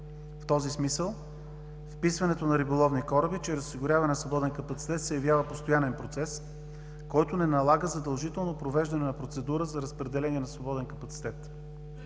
В този смисъл, вписването на риболовни кораби чрез осигуряване на свободен капацитет се явява постоянен процес, който не налага задължително провеждане на процедура за разпределение на свободен капацитет.